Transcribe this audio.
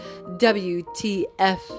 WTF